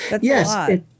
Yes